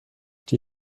die